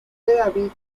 david